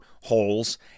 holes